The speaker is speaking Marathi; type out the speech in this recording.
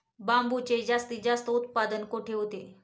बांबूचे जास्तीत जास्त उत्पादन कुठे होते?